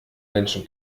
menschen